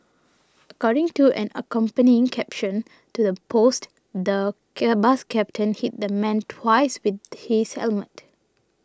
according to an accompanying caption to the post the bus captain hit the man twice with his helmet